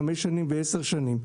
חמש שנים ועשר שנים.